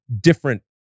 different